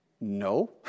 No